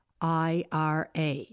IRA